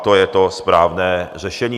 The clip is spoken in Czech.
To je to správné řešení.